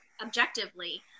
Objectively